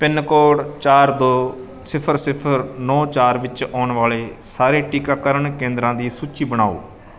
pin code ਚਾਰ ਦੋ ਸਿਫਰ ਸਿਫਰ ਨੌ ਚਾਰ ਵਿੱਚ ਆਉਣ ਵਾਲੇ ਸਾਰੇ ਟੀਕਾਕਰਨ ਕੇਂਦਰਾਂ ਦੀ ਸੂਚੀ ਬਣਾਓ